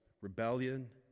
Rebellion